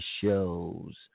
shows